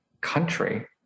country